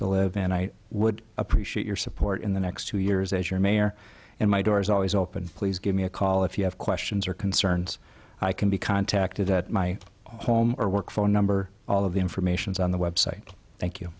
to live and i would appreciate your support in the next two years as your mayor and my door is always open please give me a call if you have questions or concerns i can be contacted at my home or work phone number all of the information is on the website thank you